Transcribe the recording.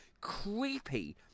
creepy